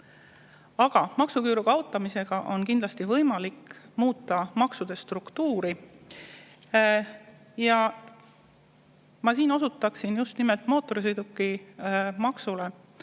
Maksuküüru kaotamisega on kindlasti võimalik muuta maksude struktuuri. Ma osutan siin just nimelt mootorsõidukimaksule